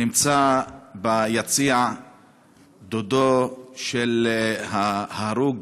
נמצא ביציע דודו של ההרוג,